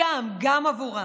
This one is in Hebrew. גם עבורם.